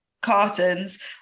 cartons